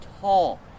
tall